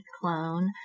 clone